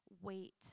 wait